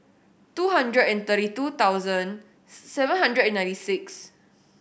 two hundred and thirty two thousand seven hundred and ninety six